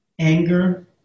anger